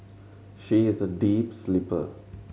she is a deep sleeper